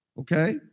okay